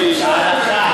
להלכה.